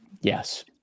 Yes